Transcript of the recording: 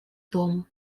дому